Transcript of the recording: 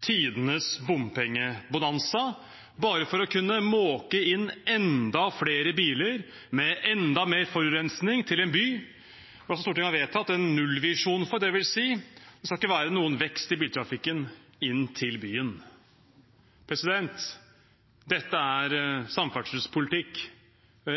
tidenes bompengebonanza – bare for å kunne måke inn til byen enda flere biler med enda mer forurensning. Stortinget har vedtatt en nullvisjon, dvs. at det ikke skal være noen vekst i biltrafikken inn til byen. Dette er samferdselspolitikk